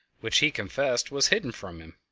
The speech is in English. which he confessed was hidden from him.